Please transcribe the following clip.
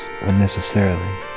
unnecessarily